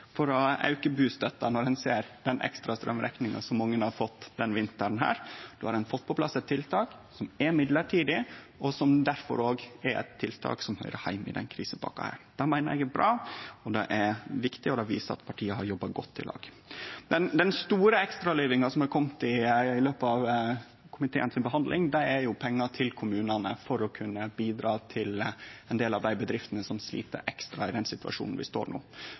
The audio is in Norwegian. for å auke bustøtta, når ein ser den ekstra straumrekninga som mange har fått denne vinteren. Då har ein fått på plass eit tiltak som er mellombels, og som difor òg er eit tiltak som høyrer heime i denne krisepakka. Det meiner eg er bra, det er viktig, og det viser at partia har jobba godt i lag. Den store ekstraløyvinga som har kome i løpet av komiteens behandling, er jo pengar til kommunane for å kunne bidra til ein del av dei bedriftene som slit ekstra i den situasjonen vi står i no.